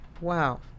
Wow